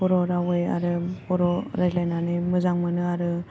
बर' रावै आरो बर' रालायनानै मोजां मोनो आरो